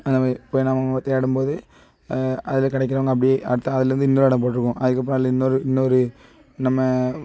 அந்த மாரி இப்போ நம்ம ம தேடும்போது அதில் கிடைக்கிறவுங்க அப்படியே அடுத்து அதில் இருந்து இன்னொரு இடம் போட்டிருக்கும் அதுக்கப்பறம் அதில் இன்னொரு இன்னொரு நம்ம